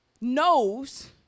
knows